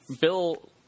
Bill